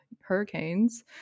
hurricanes